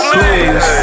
Please